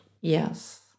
yes